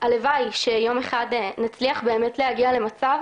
הלוואי שיום אחד נצליח באמת להגיע למצב